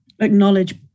acknowledge